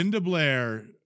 Blair